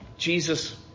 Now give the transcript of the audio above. Jesus